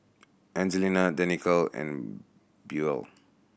Angelia Danika and Buell